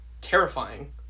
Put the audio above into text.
terrifying